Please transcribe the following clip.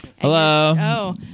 Hello